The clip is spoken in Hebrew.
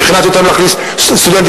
שכנעתי אותם להכניס סטודנטיות,